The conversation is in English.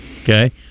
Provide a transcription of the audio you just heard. Okay